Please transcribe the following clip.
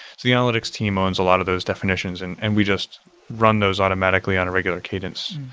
the analytics team owns a lot of those definitions and and we just run those automatically on a regular cadence.